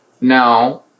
Now